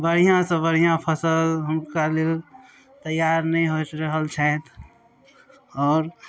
बढ़िआँसँ बढ़िआँ फसिल हुनका लेल तैआर नहि होइत रहल छथि आओर